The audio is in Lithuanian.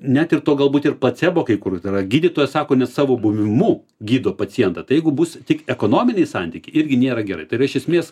net ir to galbūt ir placebo kai kur yra gydytojas sako net savo buvimu gydo pacientą tai jeigu bus tik ekonominiai santykiai irgi nėra gerai tai yra iš esmės